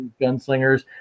gunslingers